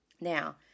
Now